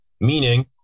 Meaning